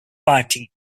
party